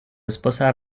esposa